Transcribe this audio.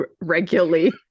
regularly